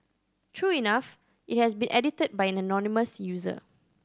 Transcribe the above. true enough it has been edited by an anonymous user